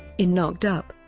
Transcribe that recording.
in knocked up,